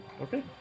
Okay